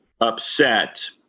upset